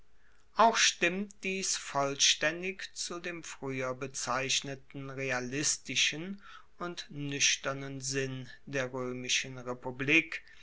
auch stimmt dies vollstaendig zu dem frueher bezeichneten realistischen und nuechternen sinn der roemischen republik